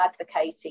advocating